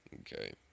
Okay